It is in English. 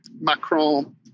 Macron